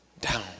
down